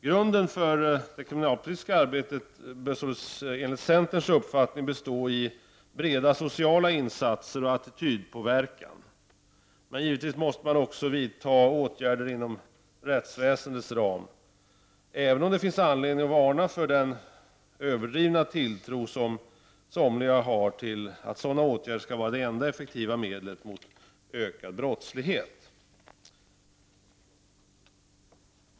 Grunden för det kriminalpolitiska arbetet bör således enligt centerns uppfattning bestå i breda sociala insatser och attitydpåverkan. Man måste givetvis också vidta åtgärder inom rättsväsendets ram. Det finns i det sammanhanget anledning att varna för den överdrivna tilltro som somliga har till att sådana åtgärder skulle vara de enda effektiva medlen mot ökad brottslighet.